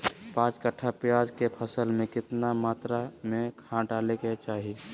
पांच कट्ठा प्याज के फसल में कितना मात्रा में खाद डाले के चाही?